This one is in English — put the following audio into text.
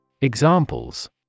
Examples